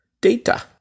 data